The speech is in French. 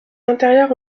intérieurs